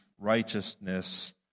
righteousness